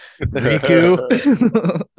Riku